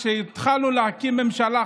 כשהתחלנו להקים ממשלה,